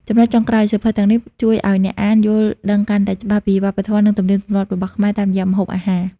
ចំណុចចុងក្រោយ សៀវភៅទាំងនេះបានជួយឲ្យអ្នកអាន យល់ដឹងកាន់តែច្បាស់ពីវប្បធម៌ និងទំនៀមទម្លាប់ របស់ខ្មែរតាមរយៈម្ហូបអាហារ។